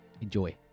Enjoy